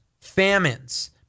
famines